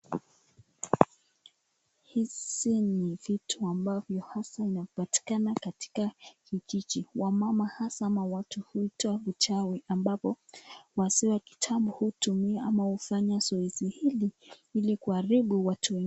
Hizi ni vitu ambavyo haswa inapatikana katika kijiji. Wamama hasa au watu huita uchawi ambapo wazee wa kitambo hutumia ama hufanya zoezi hili ili kuharibu watu